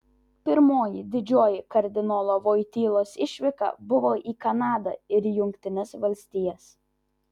pirmoji didžioji kardinolo voitylos išvyka buvo į kanadą ir jungtines valstijas